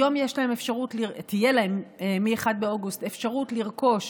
היום תהיה להם, מ-1 באוגוסט, אפשרות לרכוש